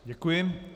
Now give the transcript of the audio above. Děkuji.